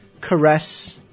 caress